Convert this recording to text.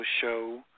show